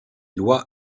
lois